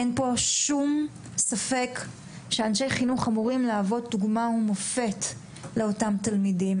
אין פה שום ספק שאנשי חינוך אמורים להוות דוגמה ומופת לאותם תלמידים.